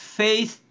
faith